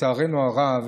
לצערנו הרב,